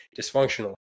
dysfunctional